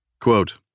quote